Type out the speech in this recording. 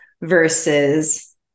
versus